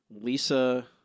lisa